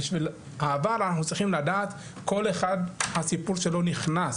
אנחנו צריכים לדעת כל אחד הסיפור שלו נכנס,